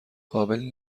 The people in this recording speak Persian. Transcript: قابلی